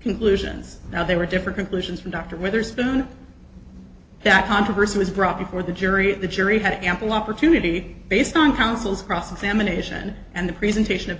conclusions now they were different conclusions from dr witherspoon that controversy was brought before the jury the jury had ample opportunity based on counsel's cross examination and the presentation of